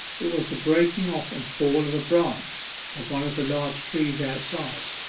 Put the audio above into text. it was the breaking off and fall of a branch from one of the large trees outside.